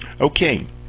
Okay